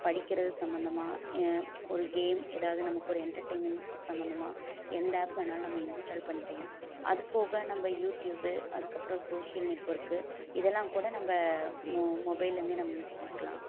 படிக்கிறது சம்மந்தமாக ஒரு கேம் ஏதாவது நமக்கு ஒரு என்டர்டெயின்மெண்ட் சம்மந்தமாக எந்த ஆப் வேணாலும் நம்ம இன்ஸ்டால் பண்ணிக்கலாம் அதுபோக நம்ப யூடியூப்பு அதுக்கப்புறம் சோஸியல் நெட்ஒர்க்கு இதெல்லாம் கூட நம்ப மொ மொபைல்லேருந்தே நம்ம யூஸ் பண்ணிக்கலாம்